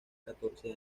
catorce